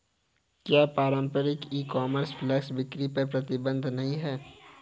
क्या पारंपरिक e commerce flash बिक्री पर प्रतिबंध नहीं है?